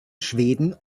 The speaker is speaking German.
schweden